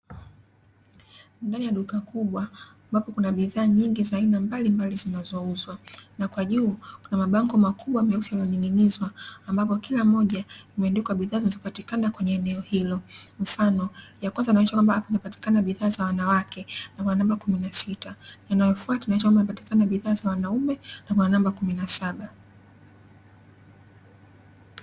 Ndani ya duka kubwa ambapo kuna bidhaa nyingi za aina mbalimbali zinazouzwa, na kwa juu kuna mabango makubwa myeusi waliyoning'inizwa, ambapo kila mmoja imeandikwa bidhaa zinazopatikana kwenye eneo hilo mfano: ya kwanza inaonyesha kwamba hapa zinapatikana bidhaa za wanawake na kuna namba kumi na sita; yanayofuata yanaonyesha kunapatikana bidhaa za wanaume na kuna namba kumi na saba.